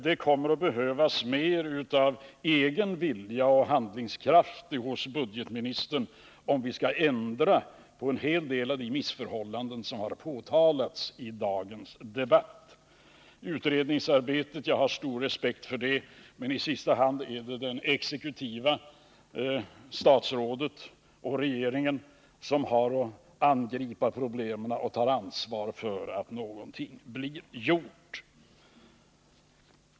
Det kommer att behövas mer av egen vilja och handlingskraft hos budgetministern, om vi skall kunna ändra på en hel del av de missförhållanden som har påtalats i dagens debatt. Jag har stor respekt för utredningsarbetet, men i sista hand är det det exekutiva statsrådet och regeringen som har att angripa problemen och ta ansvaret för att någonting blir gjort.